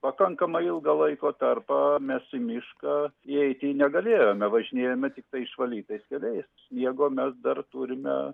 pakankamai ilgą laiko tarpą mes į mišką įeiti negalėjome važinėjome tiktai išvalytais keliais sniego mes dar turime